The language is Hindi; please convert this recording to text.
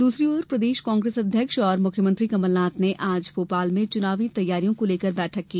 दूसरी ओर प्रदेश कांग्रेस अध्यक्ष एवं मुख्यमंत्री कमलनाथ ने आज भोपाल में चुनावी तैयारियों को लेकर बैठक की